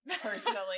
Personally